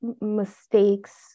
mistakes